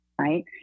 right